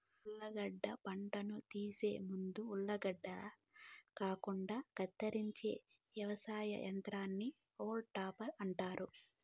ఉర్లగడ్డ పంటను తీసే ముందు ఉర్లగడ్డల కాండాన్ని కత్తిరించే వ్యవసాయ యంత్రాన్ని హాల్మ్ టాపర్ అంటారు